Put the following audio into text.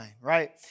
right